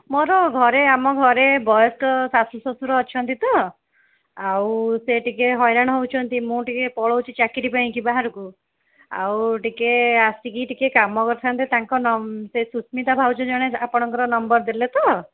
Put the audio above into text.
ମୋର ଘରେ ଆମ ଘରେ ବୟସ୍କ ଶାଶୂ ଶ୍ୱଶୁର ଅଛନ୍ତି ତ ଆଉ ସେ ଟିକେ ହଇରାଣ ହେଉଛନ୍ତି ମୁଁ ଟିକେ ପଳାଉଛି ଚାକିରି ପାଇଁକି ବାହାରକୁ ଆଉ ଟିକେ ଆସିକି ଟିକେ କାମ କରିଥାନ୍ତେ ତାଙ୍କ ସେ ସୁସ୍ମିତା ଭାଉଜ ଜଣେ ଆପଣଙ୍କର ନମ୍ବର ଦେଲେ ତ